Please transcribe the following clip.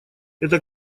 эта